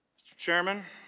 mr. chairman,